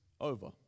over